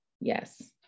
yes